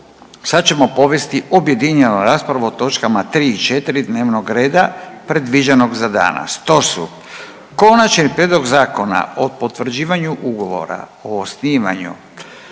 sad ćemo povesti objedinjenu raspravu o točkama tri i četiri dnevnog reda predviđenog za danas. To su Konačni prijedlog Zakona o potvrđivanju Ugovora o osnivanju